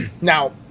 Now